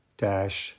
dash